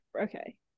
okay